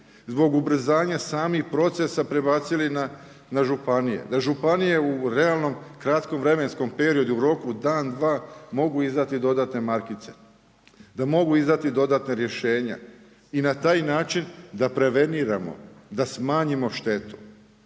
zbog ubrzanja samih procesa prebacili na županije. Da županije u realnom kratkom vremenskom periodu, u roku dan, dva mogu izdati dodatne markice. Da mogu izdati dodatna rješenja i na taj način da preveniramo da smanjimo štetu.